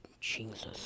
Jesus